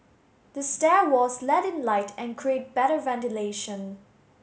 the stair walls let in light and create better ventilation